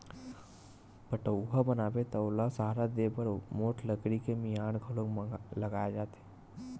पठउहाँ बनाबे त ओला सहारा देय बर मोठ लकड़ी के मियार घलोक लगाए जाथे